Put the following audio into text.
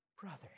Brothers